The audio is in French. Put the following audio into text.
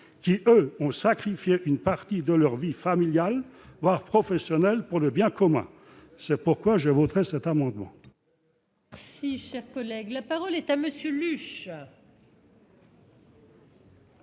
qui eux ont sacrifié une partie de leur vie familiale, voire professionnelle pour le bien commun, c'est pourquoi je voterai cet amendement.